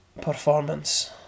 performance